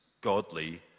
godly